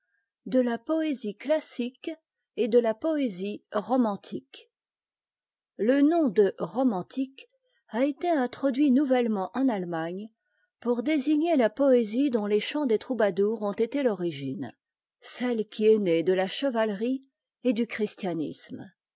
de la poésie classique et de la poésie ommm j'me le nom de romantique a été introduit nouvellement en allemagne pour désigner la poésie dont les chants des troubadours ont été l'origine celle qui est née de la chevalerie et du christianisme